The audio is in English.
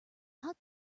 hot